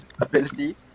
ability